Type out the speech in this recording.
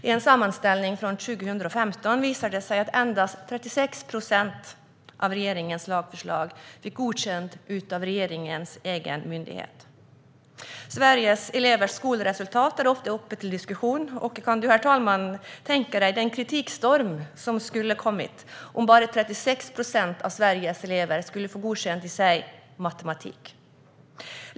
I en sammanställning från 2015 visar det sig att endast 36 procent av regeringens lagförslag fick godkänt av regeringens egen myndighet. Sveriges elevers skolresultat är ofta uppe till diskussion. Kan du, herr talman, tänka dig den kritikstorm som skulle komma om bara 36 procent av Sveriges elever fick godkänt i till exempel matematik?